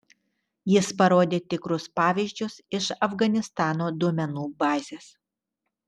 jis parodė tikrus pavyzdžius iš afganistano duomenų bazės